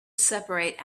separate